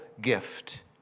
gift